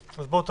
אז בואו תקריאו.